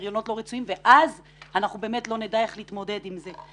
בהריונות לא רצויים ואז אנחנו באמת לא נדע איך להתמודד עם זה.